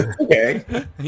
Okay